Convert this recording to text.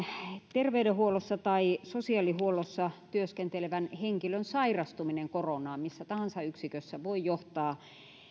terveydenhuollossa tai sosiaalihuollossa työskentelevän henkilön sairastuminen koronaan missä tahansa yksikössä voi johtaa